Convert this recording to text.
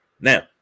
Now